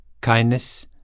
Kindness